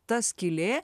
ta skylė